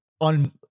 on